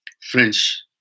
French